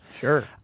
Sure